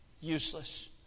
useless